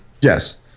Yes